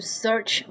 search